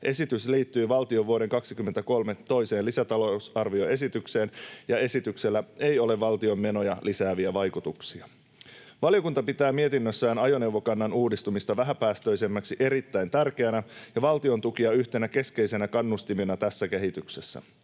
Esitys liittyy valtion vuoden 23 toiseen lisätalousarvioesitykseen, ja esityksellä ei ole valtion menoja lisääviä vaikutuksia. Valiokunta pitää mietinnössään ajoneuvokannan uudistumista vähäpäästöisemmäksi erittäin tärkeänä ja valtiontukia yhtenä keskeisenä kannustimena tässä kehityksessä.